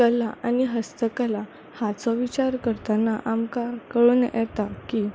कला आनी हस्तकला हाचो विचार करतना आमकां कळून येता की